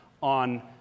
on